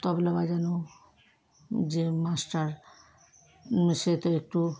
তবলা বাজানোর যে মাস্টার সে তো একটু